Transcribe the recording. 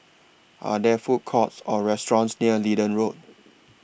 Are There Food Courts Or restaurants near Leedon Road